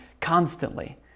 constantly